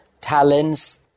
talents